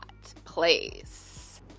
place